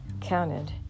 counted